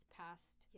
past